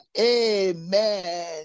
Amen